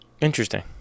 Interesting